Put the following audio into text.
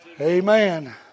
Amen